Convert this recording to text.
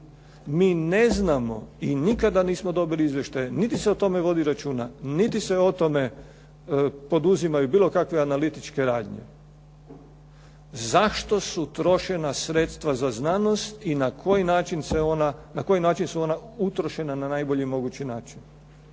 Mi ne znamo i nikada nismo dobili izvještaje, niti se o tome vodi računa, niti se o tome poduzimaju bilo kakve analitičke radnje. Zašto su trošena sredstva za znanost i na koji način su ona utrošena na najbolji mogući način?